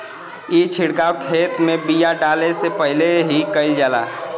ई छिड़काव खेत में बिया डाले से पहिले ही कईल जाला